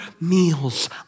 meals